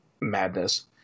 madness